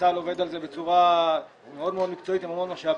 צה"ל עובד על זה בצורה מאוד מאוד מקצועית עם המון משאבים,